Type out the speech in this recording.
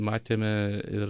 matėme ir